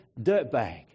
dirtbag